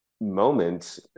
moment